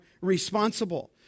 responsible